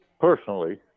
personally